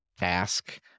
ask